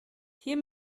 hier